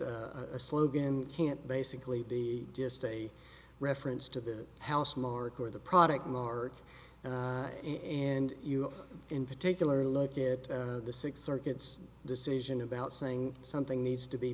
a slogan can't basically be just a reference to the house mark or the product mark in and you in particular look at the six circuits decision about saying something needs to be